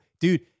Dude